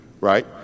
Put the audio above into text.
right